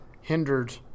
hindered